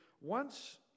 Once